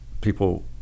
people